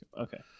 okay